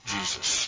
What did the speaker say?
Jesus